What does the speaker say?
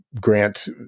grant